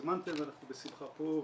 זומנתי ואנחנו בשמחה פה.